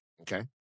okay